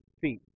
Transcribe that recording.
feet